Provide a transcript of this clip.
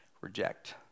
reject